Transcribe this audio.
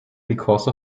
because